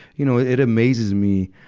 you know, it amazes me,